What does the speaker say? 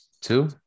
two